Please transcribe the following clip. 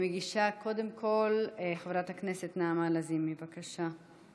מגישה, קודם כול, חברת הכנסת נעמה לזימי, בבקשה,